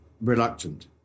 reluctant